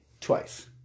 twice